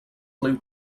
flew